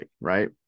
right